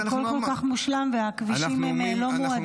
אם הכול כל כך מושלם והכבישים הם לא מועדים?